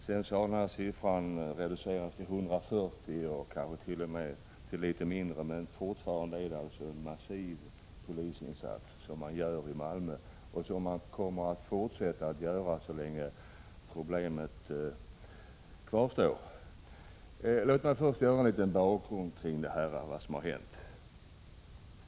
Denna siffra har sedan reducerats till 140, eller t.o.m. litet mindre, men fortfarande gör man en massiv polisinsats i Malmö, och den kommer man att fortsätta med så länge problemet kvarstår. Låt mig först ge en liten bakgrund till det som har hänt.